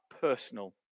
personal